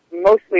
mostly